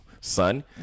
son